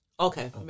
Okay